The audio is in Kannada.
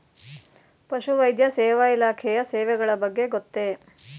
ಪಶುವೈದ್ಯ ಸೇವಾ ಇಲಾಖೆಯ ಸೇವೆಗಳ ಬಗ್ಗೆ ಗೊತ್ತೇ?